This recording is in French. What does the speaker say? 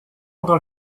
ordre